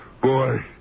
Boy